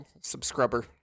Subscriber